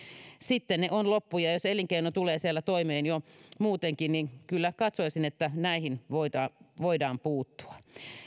sitten ne ovat loppu ja ja jos elinkeino tulee siellä toimeen jo muutenkin niin kyllä katsoisin että näihin voidaan puuttua